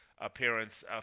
Appearance